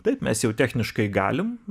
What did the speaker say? taip mes jau techniškai galim